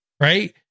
right